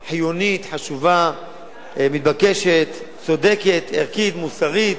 חיונית, חשובה, מתבקשת, צודקת, ערכית, מוסרית.